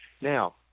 Now